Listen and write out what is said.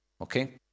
Okay